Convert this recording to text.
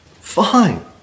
fine